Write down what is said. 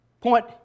Point